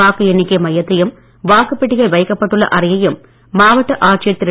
வாக்கு எண்ணிக்கை மையத்தையும் வாக்கு பெட்டிகள் வைக்கப்பட்டுள்ள அறையையும் மாவட்ட ஆட்சியர் திரு